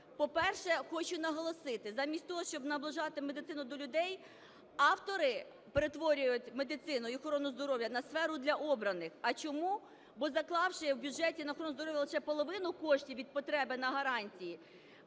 По-перше, хочу наголосити, замість того, щоб наближати медицину до людей, автори перетворюють медицину і охорону здоров'я на сферу для обраних. А чому? Бо, заклавши в бюджеті на охорону здоров'я лише половину коштів від потреби на гарантії,